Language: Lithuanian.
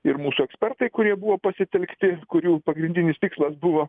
ir mūsų ekspertai kurie buvo pasitelkti kurių pagrindinis tikslas buvo